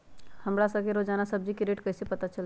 हमरा सब के रोजान सब्जी के रेट कईसे पता चली?